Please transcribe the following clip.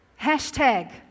Hashtag